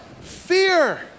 Fear